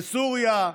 בסוריה,